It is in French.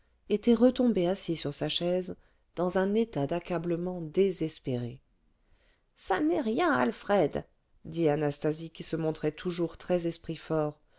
était retombé assis sur sa chaise dans un état d'accablement désespéré ça n'est rien alfred dit anastasie qui se montrait toujours très esprit fort